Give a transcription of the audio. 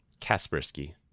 Kaspersky